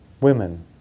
women